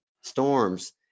storms